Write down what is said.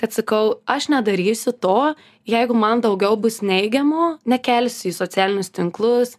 kad sakau aš nedarysiu to jeigu man daugiau bus neigiamo nekelsiu į socialinius tinklus